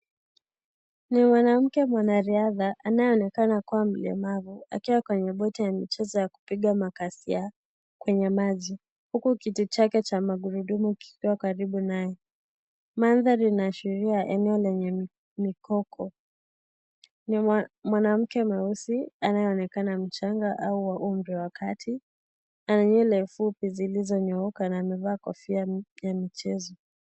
Ni mwanamke mwanariadha aneyeonekana kuwa mlemavu akiwa kwenye boti ya michezo ya kupiga makasia kwenye maji huku kiti chake cha magurudumu kikiwa karibu naye mandhari inaashiria eneo lenye mikoko na mwanamke mweusi anaye onekana mchanga au wa umri wa kati na nywele fupi zilizo nyooka na amevaa kofia mpya ya mchezo.